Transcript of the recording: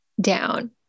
down